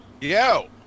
Yo